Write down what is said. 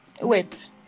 Wait